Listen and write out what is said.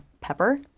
Pepper